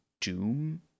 doom